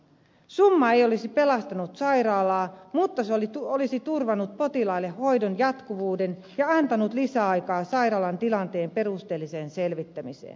summa ei olisi pelastanut sairaalaa mutta se olisi turvannut potilaille hoidon jatkuvuuden ja antanut lisäaikaa sairaalan tilanteen perusteelliseen selvittämiseen